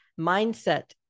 mindset